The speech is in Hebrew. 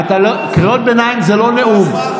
קריאות ביניים זה לא נאום.